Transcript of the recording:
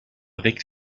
avec